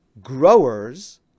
growers